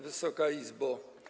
Wysoka Izbo!